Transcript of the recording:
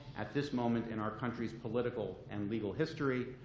at this moment in our country's political and legal history,